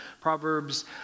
Proverbs